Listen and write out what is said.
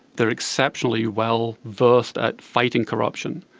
they are exceptionally well versed at fighting corruption,